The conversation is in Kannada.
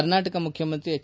ಕರ್ನಾಟಕ ಮುಖ್ಯಮಂತ್ರಿ ಎಚ್